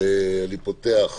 אני פותח